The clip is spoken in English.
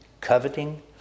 coveting